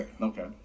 Okay